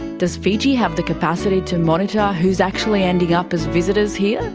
does fiji have the capacity to monitor who's actually ending up as visitors here?